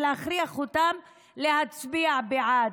ולהכריח אותה להצביע בעד.